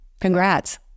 congrats